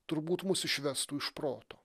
turbūt mus išvestų iš proto